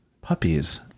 Puppies